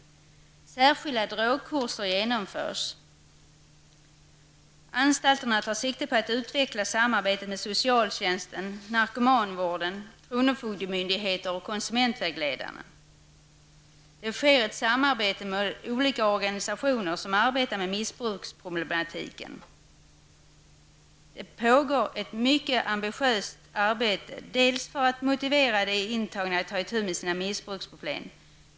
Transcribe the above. Särskilda drogkurser genomförs. Anstalterna tar sikte på att utveckla samarbetet med socialtjänsten, narkomanvården, kronofogdemyndigheter och konsumentvägledare. Det sker ett samarbete med olika organisationer som arbetar med missbruksproblematiken. Det pågår ett mycket ambitiöst arbete bl.a. för att motivera de intagna att ta itu med sina missbruksproblem.